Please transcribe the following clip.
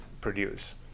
produce